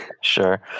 sure